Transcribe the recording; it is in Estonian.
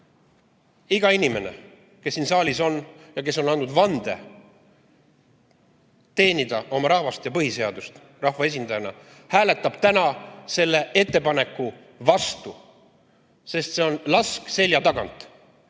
inimene, kes siin saalis on ja kes on andnud vande teenida oma rahvast ja põhiseadust rahvaesindajana, hääletab täna selle ettepaneku vastu, sest see on lask selja tagant